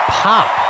pop